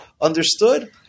understood